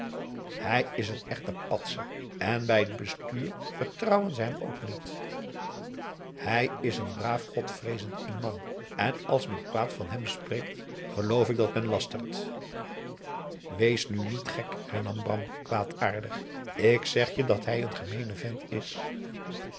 hij is een echte patser en bij het bestuur vertrouwen ze hem ook niet hij is een braaf godvreezend imam en als men kwaad van hem spreekt geloof ik dat men last ees nu niet gek hernam bram kwaadaardig ik zeg je dat hij een gemeene vent is